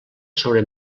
sobre